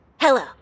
hello